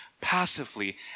passively